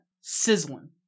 sizzling